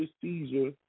seizure